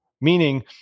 meaning